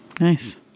Nice